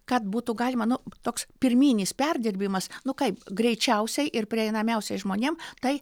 kad būtų galima nu toks pirminis perdirbimas nu kaip greičiausiai ir prieinamiausiai žmonėm tai